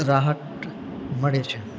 રાહત મળે છે